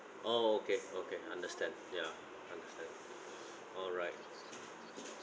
oh okay okay understand ya understand alright